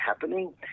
happening